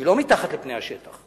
היא לא מתחת לפני השטח.